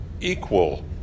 equal